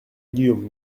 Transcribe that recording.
guillaume